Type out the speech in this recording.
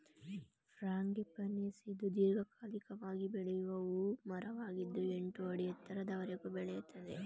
frangipanis ಇದು ದೀರ್ಘಕಾಲಿಕವಾಗಿ ಬೆಳೆಯುವ ಹೂ ಮರವಾಗಿದ್ದು ಎಂಟು ಅಡಿ ಎತ್ತರದವರೆಗೆ ಬೆಳೆಯುತ್ತದೆ